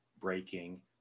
breaking